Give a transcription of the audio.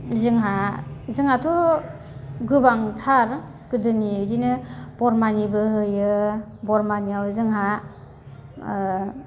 जोंहा जोंहाथ' गोबांथार गोदोनि इदिनो बरमानिबो होयो बरमानियाव जोंहा ओ